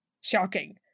shocking